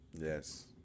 Yes